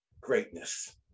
greatness